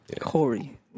Corey